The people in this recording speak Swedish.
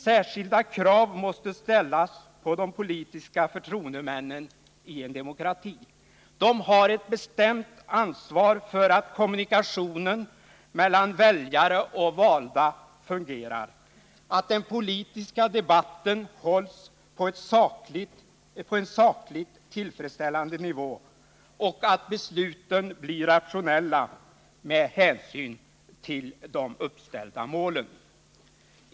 Särskilda krav måste ställas på de politiska förtroendemännen i en demokrati. De har ett bestämt ansvar för att kommunikationen mellan väljare och valda fungerar, att den politiska debatten hålls på en sakligt tillfredsställande nivå och att besluten blir rationella med hänsyn till de uppställda målen.